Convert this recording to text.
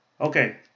okay